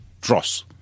dross